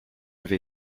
vais